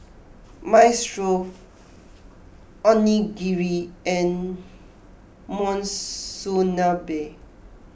Minestrone Onigiri and Monsunabe